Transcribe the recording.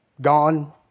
gone